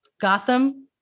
Gotham